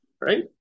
Right